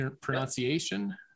pronunciation